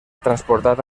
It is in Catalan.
transportat